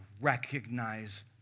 recognize